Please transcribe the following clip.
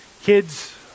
Kids